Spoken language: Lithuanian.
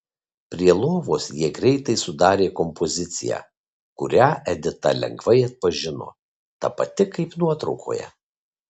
prie lovos jie greitai sudarė kompoziciją kurią edita lengvai atpažino ta pati kaip nuotraukoje